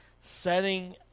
setting